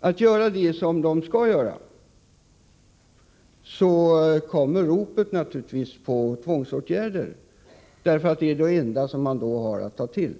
att göra det som den skall göra, kommer naturligtvis ropet på tvångsåtgärder, eftersom det då är det enda man har att ta till.